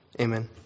Amen